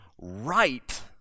right